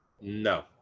No